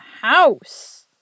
house